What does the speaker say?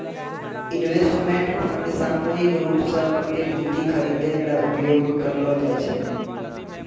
investment fund सामूहिक रूप सें प्रतिभूति खरिदै ल उपयोग करलो जाय छै